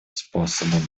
способом